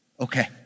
okay